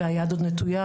והיד עוד נטוייה.